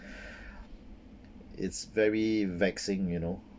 it's very vexing you know